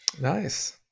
Nice